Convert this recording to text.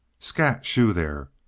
scat! shoo, there!